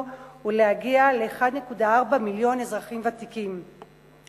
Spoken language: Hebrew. ולהגיע ל-1.4 מיליון אזרחים ותיקים.